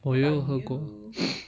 我也有喝过